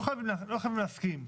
אנחנו לא חייבים להסכים,